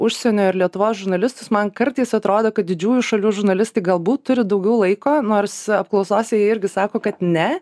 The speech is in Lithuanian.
užsienio ir lietuvos žurnalistus man kartais atrodo kad didžiųjų šalių žurnalistai galbūt turi daugiau laiko nors apklausose jie irgi sako kad ne